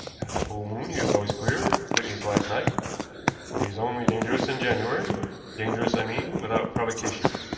at the full moon he is always queer witness last night but he is only dangerous in january dangerous, i mean, without provocation.